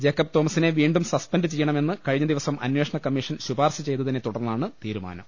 Jacob തോമസിനെ വീണ്ടും suspend ചെയ്യണമെന്ന് കഴിഞ്ഞ ദിവസം അന്വേഷണകമ്മീഷൻ ശുപാർശ ചെയ്തതിനെ തുടർന്നാണ് തീരുമാനം